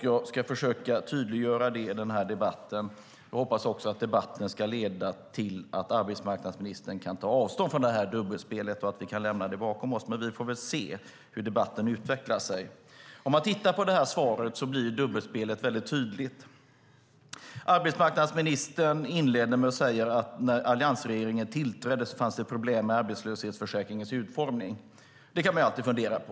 Jag ska försöka tydliggöra det i den här debatten och hoppas att debatten ska leda till att arbetsmarknadsministern kan ta avstånd från det dubbelspelet och att vi kan lämna det bakom oss. Vi får väl se hur debatten utvecklar sig. När man hör svaret blir dubbelspelet väldigt tydligt. Arbetsmarknadsministern inleder med att säga att när alliansregeringen tillträdde fanns det problem med arbetslöshetsförsäkringens utformning. Det kan man alltid diskutera.